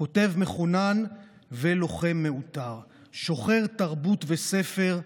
כותב מחונן ולוחם מעוטר, שוחר תרבות וספר,